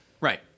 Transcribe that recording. Right